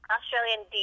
Australian